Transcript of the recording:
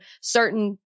certain